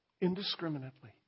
indiscriminately